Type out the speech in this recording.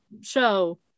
show